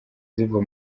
ziva